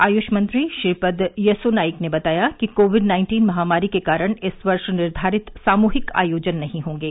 आयुष मंत्री श्रीपद यसोनाइक ने बताया कि कोविड नाइन्टीन महामारी के कारण इस वर्ष निर्धारित सामूहिक आयोजन नहीं होंगे